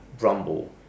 Rumble